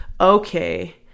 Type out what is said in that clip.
okay